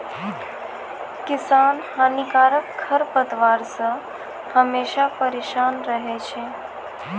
किसान हानिकारक खरपतवार से हमेशा परेसान रहै छै